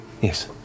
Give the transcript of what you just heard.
Yes